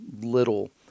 little